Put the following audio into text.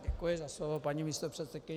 Děkuji za slovo, paní místopředsedkyně.